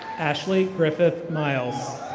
ashley griffith myles.